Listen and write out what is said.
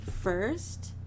first